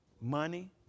money